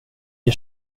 gör